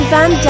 Van